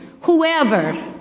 Whoever